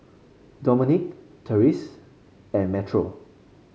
Domonique Terese and Metro